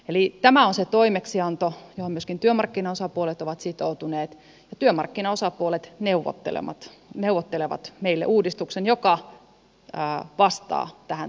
eli tämä on se toimeksianto johon myöskin työmarkkinaosapuolet ovat sitoutuneet ja työmarkkinaosapuolet neuvottelevat meille uudistuksen joka vastaa tähän tavoitteeseen